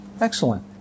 Excellent